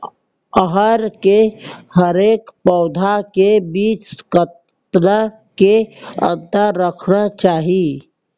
अरहर के हरेक पौधा के बीच कतना के अंतर रखना चाही?